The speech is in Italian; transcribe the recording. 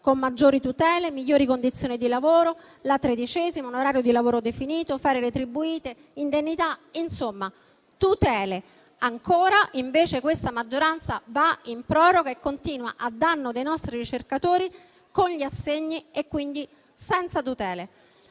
con maggiori tutele, migliori condizioni di lavoro, la tredicesima, un orario di lavoro definito, ferie retribuite e indennità, insomma tutele. Questa maggioranza invece va ancora in proroga e continua a danno dei nostri ricercatori con gli assegni, quindi senza tutele.